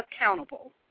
accountable